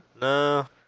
no